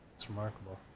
it's remarkable.